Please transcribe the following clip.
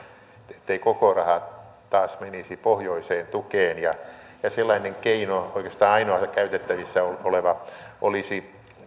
ettei koko raha taas menisi pohjoiseen tukeen sellainen keino oikeastaan ainoa käytettävissä oleva olisi